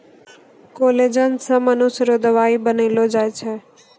collagen से मनुष्य रो दवाई बनैलो जाय छै